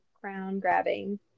crown-grabbing